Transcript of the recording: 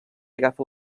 agafa